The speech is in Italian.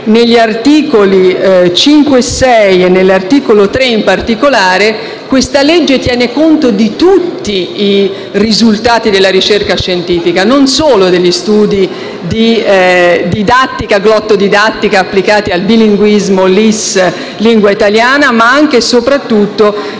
negli articoli 5 e 6 e nell'articolo 3, in particolare, questo disegno di legge tenga conto di tutti i risultati della ricerca scientifica, non solo degli studi di didattica e glottodidattica applicati al bilinguismo LIS-lingua italiana, ma anche e soprattutto